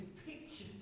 Pictures